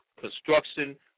construction